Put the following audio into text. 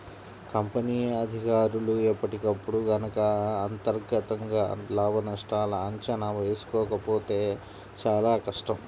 company అధికారులు ఎప్పటికప్పుడు గనక అంతర్గతంగా లాభనష్టాల అంచనా వేసుకోకపోతే చానా కష్టం